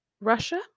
Russia